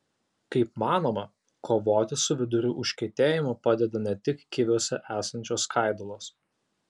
kaip manoma kovoti su vidurių užkietėjimu padeda ne tik kiviuose esančios skaidulos